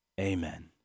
Amen